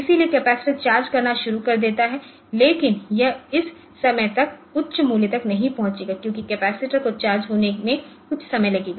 इसलिए capacitor charge करना शुरू कर देता है लेकिन यह इस समय तक उच्च मूल्य तक नहीं पहुंचेगा क्योंकि कपैसिटर को चार्ज होने में कुछ समय लगेगा